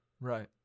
Right